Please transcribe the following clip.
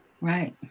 right